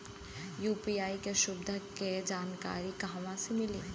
UPI के सुविधा के जानकारी कहवा से मिली?